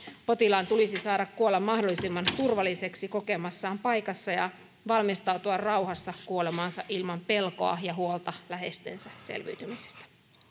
potilaan tulisi saada kuolla mahdollisimman turvalliseksi kokemassaan paikassa ja valmistautua rauhassa kuolemaansa ilman pelkoa ja huolta läheistensä selviytymisestä